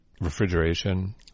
refrigeration